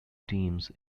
teams